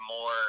more